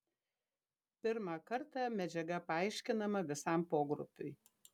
pirmą kartą medžiaga paaiškinama visam pogrupiui